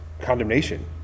condemnation